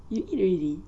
you eat already